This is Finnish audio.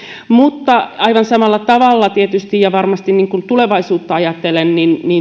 mutta aivan samalla tavalla tietysti ja varmasti tulevaisuutta ajatellen